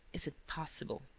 is it possible?